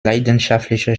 leidenschaftlicher